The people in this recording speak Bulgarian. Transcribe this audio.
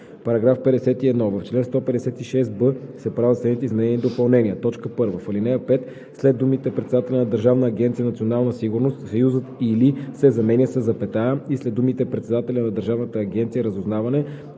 § 51: „§ 51. В чл. 156б се правят следните изменения и допълнения: 1. В ал. 5 след думите „председателя на Държавна агенция „Национална сигурност“ съюзът „или“ се заменя със запетая и след думите „председателя на Държавна агенция „Разузнаване“